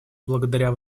благодаря